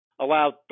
allowed